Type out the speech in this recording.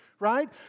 right